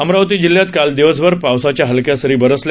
अमरावती जिल्ह्यात काल दिवसभर पावसाच्या हलक्या सरी बरसल्या